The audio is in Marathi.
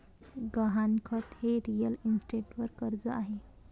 गहाणखत हे रिअल इस्टेटवर कर्ज आहे